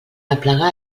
aplegar